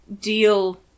deal